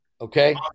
okay